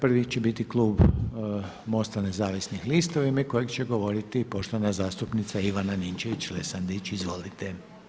Prvi će biti klub MOST-a nezavisnih lista u ime kojeg će govoriti poštovana zastupnica Ivana Ninčević-Lesandrić, izvolite.